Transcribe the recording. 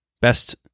Best